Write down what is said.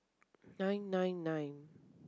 nine nine nine